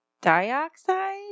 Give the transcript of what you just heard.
dioxide